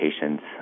patients